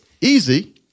easy